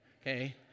okay